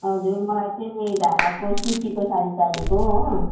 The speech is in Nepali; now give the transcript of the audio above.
हजुर मलाई चाहिँ नि ढाकाको सुतीको साडी चाहिएको हो